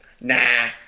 nah